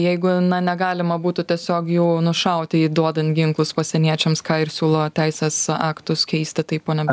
jeigu negalima būtų tiesiog jų nušauti įduodant ginklus pasieniečiams ką ir siūlo teisės aktus keisti taip pone